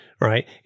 right